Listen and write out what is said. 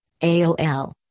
AOL